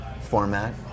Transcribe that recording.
format